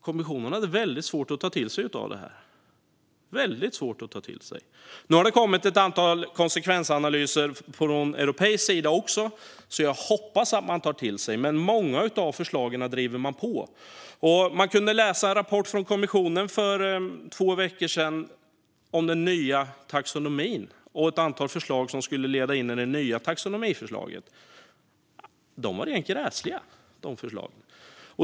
Kommissionen hade väldigt svårt att ta det till sig. Nu har det kommit ett antal konsekvensanalyser också på någon europeisk sida. Jag hoppas därför att man tar det till sig. Men i många av förslagen driver man på. I en rapport från kommissionen kunde vi för två veckor sedan läsa om den nya taxonomin och ett antal förslag i det nya taxonomiförslaget. De var rent gräsliga.